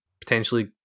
potentially